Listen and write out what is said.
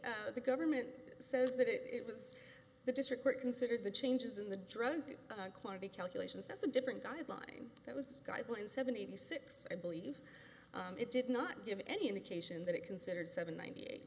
eight the government says that it was the district court considered the changes in the drug quantity calculations that's a different guideline that was guidelines seventy six i believe it did not give any indication that it considered seven ninety eight